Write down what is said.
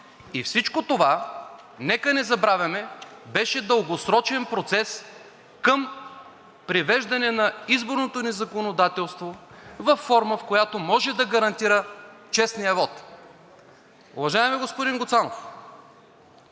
и всичко това нека не забравяме, беше дългосрочен процес към привеждане на изборното ни законодателство във форма, в която може да гарантира честния вот. Уважаеми господин Гуцанов,